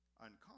uncommon